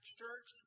church